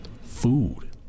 Food